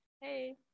hey